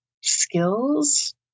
skills